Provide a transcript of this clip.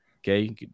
Okay